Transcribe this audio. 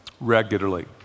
regularly